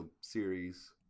series